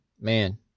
man